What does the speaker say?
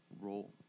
role